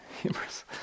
humorous